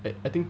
like I think